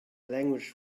language